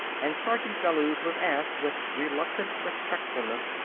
and sergeant bellews was asked with reluctant respectfulness,